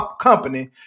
company